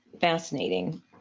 fascinating